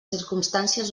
circumstàncies